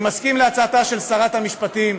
אני מסכים להצעתה של שרת המשפטים,